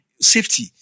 safety